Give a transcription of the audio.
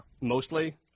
Mostly